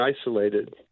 isolated